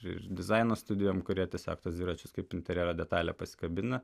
ir dizaino studijom kurie tiesiog tuos dviračius kaip interjero detalę pasikabina